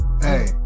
hey